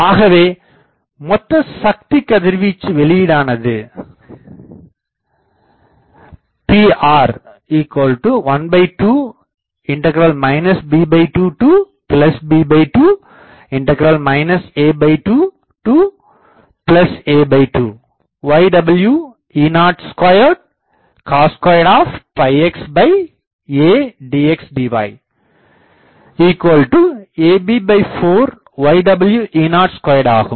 ஆகவே மொத்த சக்தி கதிர்வீச்சு வெளியீடானது Pr12 b2b2 a2a2 yw E02 cos2xa dxdy ab4 yw E02 ஆகும்